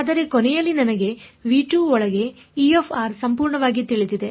ಅದರ ಕೊನೆಯಲ್ಲಿ ನನಗೆ ಒಳಗೆ ಸಂಪೂರ್ಣವಾಗಿ ತಿಳಿದಿದೆ